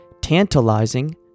tantalizing